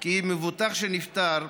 כי מבוטח שנפטר,